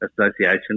association